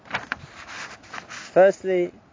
Firstly